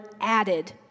added